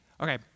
Okay